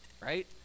right